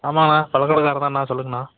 ஆமாங்கண்ணா பழக் கடைக்காரர் தான்ணா சொல்லுங்கண்ணா